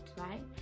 right